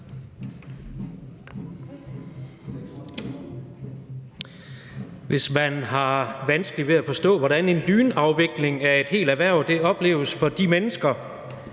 Hvis man har vanskeligt ved at forstå, hvordan en lynafvikling af et helt erhverv opleves for de mennesker,